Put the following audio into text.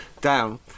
down